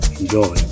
enjoy